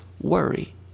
worry